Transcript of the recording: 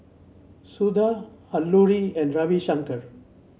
Suda Alluri and Ravi Shankar